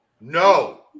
No